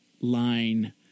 line –